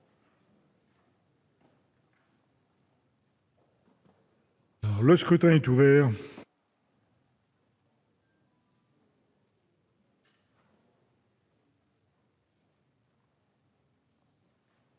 Le scrutin est ouvert.